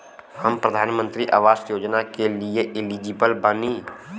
हम प्रधानमंत्री आवास योजना के लिए एलिजिबल बनी?